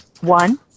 one